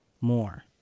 more